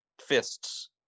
fists